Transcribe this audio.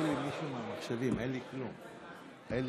היום